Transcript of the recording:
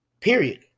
Period